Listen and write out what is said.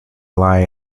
lie